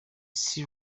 sri